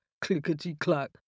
clickety-clack